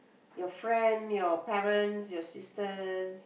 your friend your parents your sisters